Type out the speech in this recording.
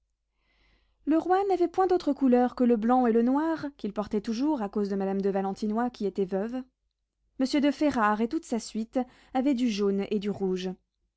le roi n'avait point d'autres couleurs que le blanc et le noir qu'il portait toujours à cause de madame de valentinois qui était veuve monsieur de ferrare et toute sa suite avaient du jaune et du rouge